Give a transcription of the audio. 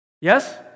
Yes